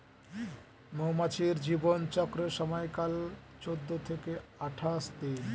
মৌমাছির জীবন চক্রের সময়কাল চৌদ্দ থেকে আঠাশ দিন